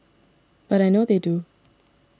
but I know they do